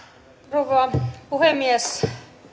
rouva puhemies